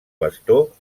bastó